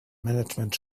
management